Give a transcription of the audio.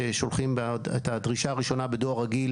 ששולחים את הדרישה הראשונה בדואר רגיל